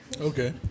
Okay